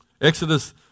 Exodus